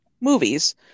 movies